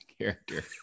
character